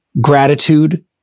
gratitude